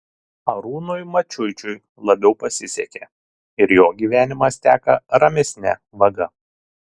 arūnui mačiuičiui labiau pasisekė ir jo gyvenimas teka ramesne vaga